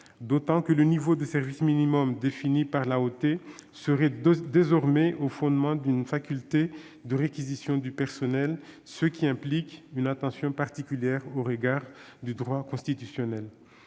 D'autant que le niveau de service minimum défini par l'AOT serait désormais au fondement d'une faculté de réquisition du personnel, ce qui implique une attention particulière au regard du droit constitutionnel.